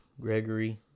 Gregory